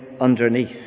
underneath